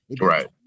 Right